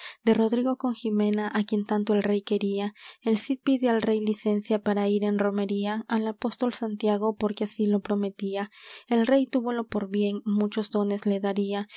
de rodrigo con jimena á quien tanto el rey quería el cid pide al rey licencia para ir en romería al apóstol santiago porque así lo prometía el rey túvolo por bien muchos dones le daría